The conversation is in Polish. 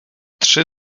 trzy